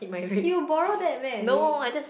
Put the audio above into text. you'll borrow that meh and read